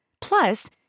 Plus